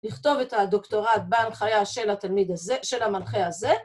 לכתוב את הדוקטורט בהנחיה של התלמיד הזה, של המנחה הזה